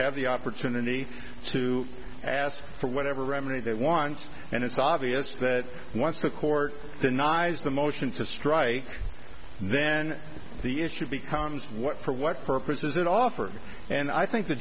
have the opportunity to ask for whatever remedy they want and it's obvious that once the court denies the motion to strike and then the issue becomes what for what purpose is it offered and i think the